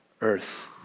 earth